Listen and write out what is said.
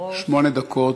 שמונה דקות.